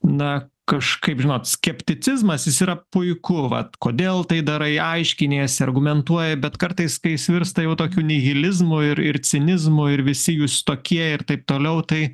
na kažkaip žinot skepticizmas jis yra puiku vat kodėl tai darai aiškiniesi argumentuoji bet kartais kai jis virsta tokiu nihilizmu ir ir cinizmu ir visi jūs tokie ir taip toliau tai